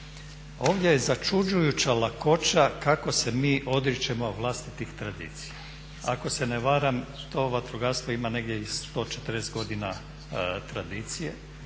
Ovdje je začuđujuća lakoća kako se mi odričemo vlastitih tradicija. Ako se ne varam to vatrogastvo ima negdje i 140 godina tradicije.